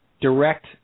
direct